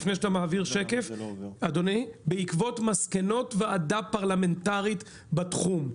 לפני שאתה מעביר שקף: בעקבות מסקנות ועדה פרלמנטרית בתחום.